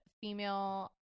female